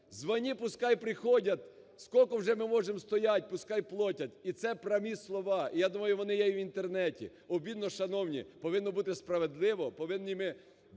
"Звони, пускай приходят. Сколько уже мы можем стоять? Пускай платят". І це прямі слова. І, я думаю, вони є і в Інтернеті. Обідно, шановні, повинно бути справедливо, повинні ми…